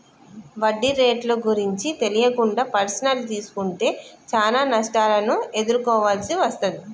వడ్డీ రేట్లు గురించి తెలియకుండా పర్సనల్ తీసుకుంటే చానా నష్టాలను ఎదుర్కోవాల్సి వస్తది